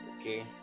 okay